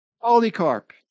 Polycarp